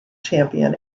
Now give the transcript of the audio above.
champion